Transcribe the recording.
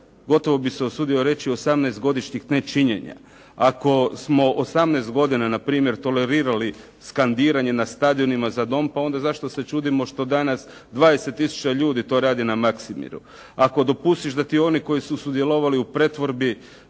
gotovo bih se usudio reći osamnaest godišnjih ne činjenja. Ako smo 18 godina na primjer tolerirali skandiranje na stadionima za dom, pa onda zašto se čudimo što danas 20000 ljudi to radi na Maksimiru. Ako dopustiš da ti oni koji su sudjelovali u pretvorbi